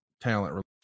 talent